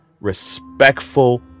respectful